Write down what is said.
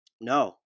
No